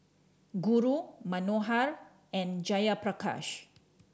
Guru Manohar and Jayaprakash